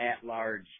at-large